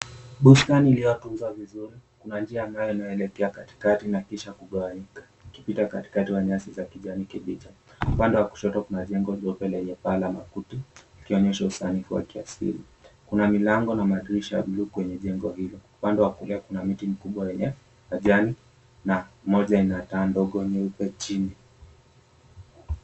Bustani iliyotunzwa vizuri, kuna njia ambayo inaelekea katikati na kisha kugawanishwa ikipita katikati ya nyasi za kijani kibichi upande wa kushoto. Kuna jengo lililo na paa la makuti likionyesha usanifu wa kiasili kuna milango na madirisha ya blue kwenye jengo hili, upande wa kulia kuna mti mkubwa wenye majani na Moja ina taa ndogo nyeupe chini.